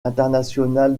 internationale